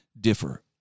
differ